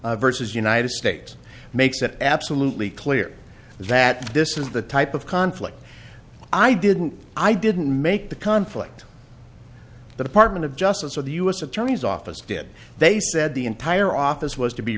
versus united states makes it absolutely clear that this is the type of conflict i didn't i didn't make the conflict the department of justice or the u s attorney's office did they said the entire office was to be